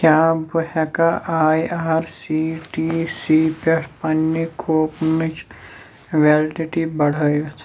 کیٛاہ بہٕ ہیٚکا I R C T C پٮ۪ٹھ پننہِ کوپنٕچ ویٚلڈِٹی بڑٲوِتھ؟